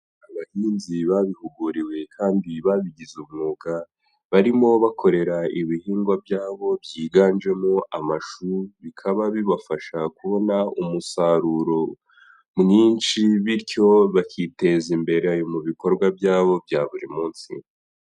Abahinzi babihuguriwe kandi babigize umwuga barimo bakorera ibihingwa byabo byiganjemo amashu bikaba bibafasha kubona umusaruro mwinshi bityo bakiteza imbere mu bikorwa byabo bya buri munsi.